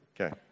Okay